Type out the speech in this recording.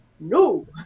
No